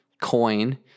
coin